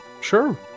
sure